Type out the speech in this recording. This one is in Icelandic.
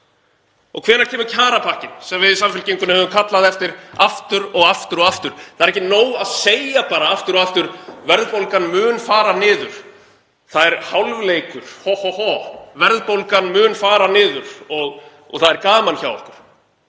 Og hvenær kemur kjarapakkinn sem við í Samfylkingunni höfum kallað eftir aftur og aftur og aftur? Það er ekki nóg að segja bara aftur og aftur: Verðbólgan mun fara niður, það er hálfleikur, hohoho, verðbólgan mun fara niður og það er gaman hjá okkur.